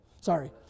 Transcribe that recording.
Sorry